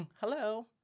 hello